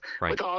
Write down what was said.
Right